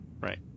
right